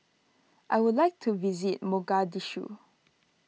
I would like to visit Mogadishu